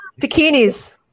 Bikinis